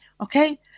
Okay